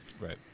Right